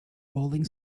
falling